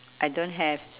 I don't have